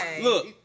Look